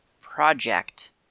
project